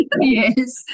Yes